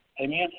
Amen